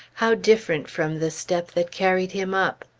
how different from the step that carried him up!